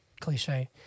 cliche